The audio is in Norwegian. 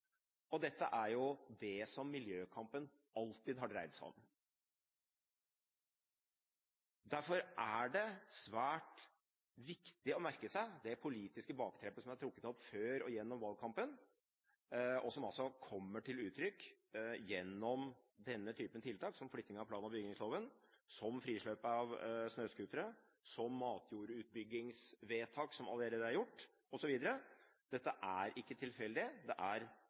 Og dette er jo det miljøkampen alltid har dreid seg om. Derfor er det svært viktig å merke seg det politiske bakteppet som er trukket opp før og gjennom valgkampen, og som altså kommer til uttrykk gjennom denne typen tiltak som flytting av plan- og bygningsloven, som frislipp av snøscootere, som matjordutbyggingsvedtak som allerede er gjort, osv. Dette er ikke tilfeldig, det er